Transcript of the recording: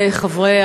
חברי,